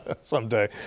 Someday